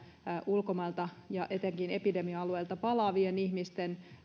ulkomailta ja etenkin epidemia alueilta palaavien ihmisten